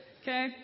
okay